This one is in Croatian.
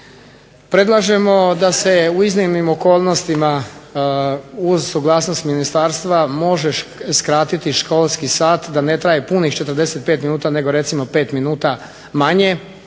Predlažemo da se u iznimnim okolnostima uz suglasnost ministarstva može skratiti školski sat da ne traje punih 45 minuta nego recimo 5 minuta manje,